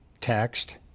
Taxed